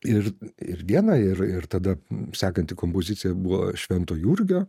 ir ir viena ir ir tada sekanti kompozicija buvo švento jurgio